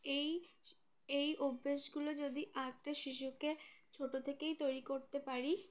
এই এই অভ্যেসগুলো যদি আরটা শিশুকে ছোটো থেকেই তৈরি করতে পারি